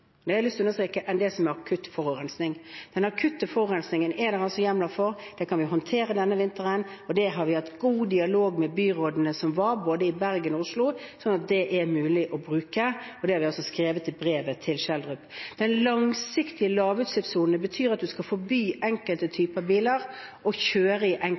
har jeg lyst til å understreke – enn det som er akutt forurensning. Den akutte forurensningen er det hjemler for, det kan vi håndtere denne vinteren. Vi har hatt god dialog med byrådene som var, både i Bergen og i Oslo, så det er mulig å bruke, og det har vi skrevet i brevet til Schjelderup. En lavutslippssone på lang sikt betyr at en skal forby enkelte typer biler å kjøre i